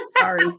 sorry